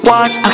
Watch